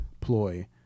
ploy